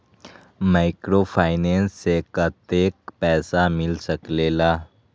Microfinance से कतेक पैसा मिल सकले ला?